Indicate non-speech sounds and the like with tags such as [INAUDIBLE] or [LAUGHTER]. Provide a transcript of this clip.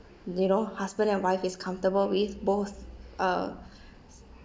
you know husband and wife is comfortable with both uh [BREATH]